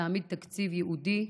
להעמיד תקציב ייעודי,